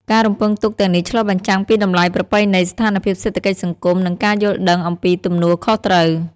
ការរំពឹងទុកទាំងនេះឆ្លុះបញ្ចាំងពីតម្លៃប្រពៃណី ស្ថានភាពសេដ្ឋកិច្ចសង្គម និងការយល់ដឹងអំពីទំនួលខុសត្រូវ។